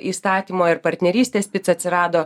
įstatymo ir partnerystės pica atsirado